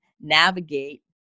navigate